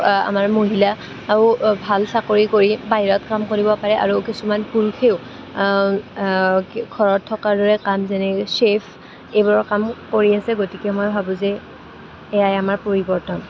আমাৰ মহিলাও ভাল চাকৰি কৰি বাহিৰত কাম কৰিব পাৰে আৰু কিছুমান পুৰুষেও ঘৰত থকাৰ দৰে কাম যেনে ছেফ এইবোৰৰ কাম কৰি আছে গতিকে মই ভাবোঁ যে এয়াই আমাৰ পৰিৱৰ্তন